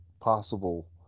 possible